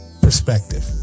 perspective